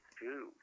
two